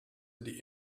die